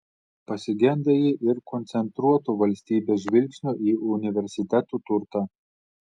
pasigenda ji ir koncentruoto valstybės žvilgsnio į universitetų turtą